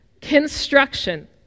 Construction